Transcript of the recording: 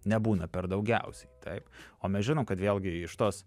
nebūna per daugiausiai taip o mes žinom kad vėlgi iš tos